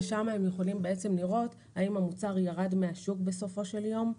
שם הם יכולים לראות האם המוצר ירד מהשוק בסופו של יום,